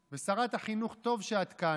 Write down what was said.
ועכשיו תחשבו על ההורים שלכם.